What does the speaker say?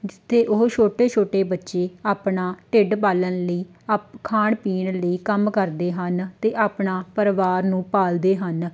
ਜਿੱਥੇ ਉਹ ਛੋਟੇ ਛੋਟੇ ਬੱਚੇ ਆਪਣਾ ਢਿੱਡ ਪਾਲਣ ਲਈ ਅਪ ਖਾਣ ਪੀਣ ਲਈ ਕੰਮ ਕਰਦੇ ਹਨ ਅਤੇ ਆਪਣਾ ਪਰਿਵਾਰ ਨੂੰ ਪਾਲਦੇ ਹਨ